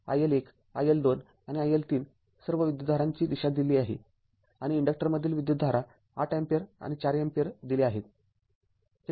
iL१ iL२ आणि iL३ सर्व विद्युतधारांची दिशा दिली आहे आणि इन्डक्टरमधील विद्युतधारा ८ अँपिअर आणि ४ अँपिअर दिल्या आहेत